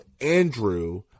Andrew